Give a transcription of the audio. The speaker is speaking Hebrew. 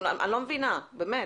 אני לא מבינה, באמת.